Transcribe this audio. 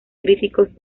críticos